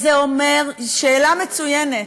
שאלה מצוינת.